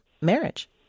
marriage